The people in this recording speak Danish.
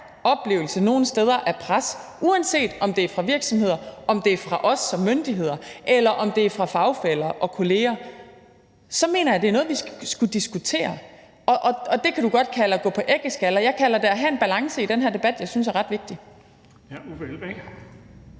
oplevelse af pres – uanset om det er fra virksomheder, om det er fra og som myndigheder, eller om det er fra fagfæller og kolleger – så mener jeg, at det er noget, vi skal diskutere. Det kan du godt kalde at gå æggeskaller; jeg kalder det at have en balance i den her debat, som jeg synes er ret vigtig.